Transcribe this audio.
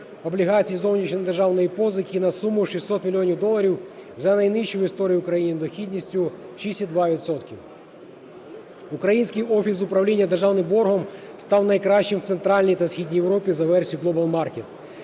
облігацій зовнішньої державної позики на суму 600 мільйонів доларів за найнижчою в історії України дохідністю в 6,2 відсотка. Український офіс з управління державним боргом став найкращим в Центральній та Східній Європі за версією GlobalMarkets.